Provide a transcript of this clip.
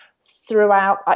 throughout